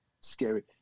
scary